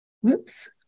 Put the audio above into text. whoops